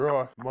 Right